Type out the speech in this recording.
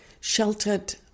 sheltered